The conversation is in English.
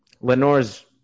Lenore's